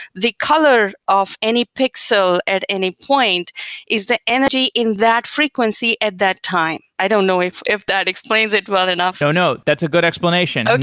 the color of any pixel at any point is the energy in that frequency at that time. i don't know if if that explains it well enough. no. that's a good explanation.